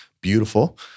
beautiful